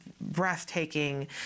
breathtaking